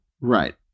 Right